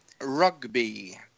Rugby